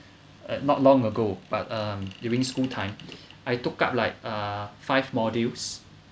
not long ago but um during school time I took up like uh five modules